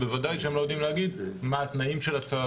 בוודאי שהם לא יודעים להגיד מה התנאים של הצו,